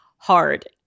hard